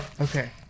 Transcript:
Okay